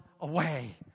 away